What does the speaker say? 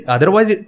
Otherwise